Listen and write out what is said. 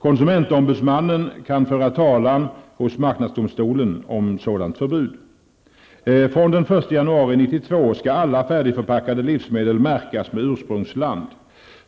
Konsumentombudsmannen kan föra talan hos marknadsdomstolen om sådant förbud. fr.o.m. den 1 januari 1992 skall alla färdigförpackade livsmedel märkas med ursprungsland.